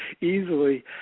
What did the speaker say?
easily